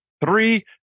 Three